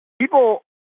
people